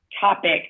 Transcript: topic